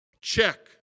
Check